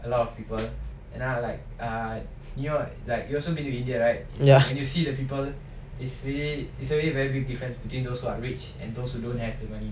ya